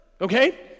okay